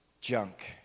junk